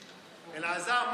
אלעזר,